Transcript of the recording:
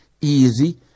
easy